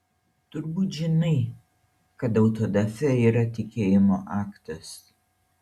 turbūt žinai kad autodafė yra tikėjimo aktas